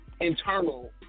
internal